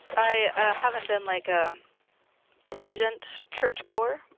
i haven't been, like, a diligent churchgoer,